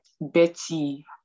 Betty